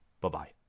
Bye-bye